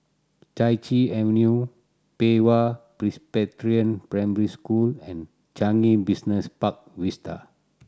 Chai Chee Avenue Pei Hwa Presbyterian Primary School and Changi Business Park Vista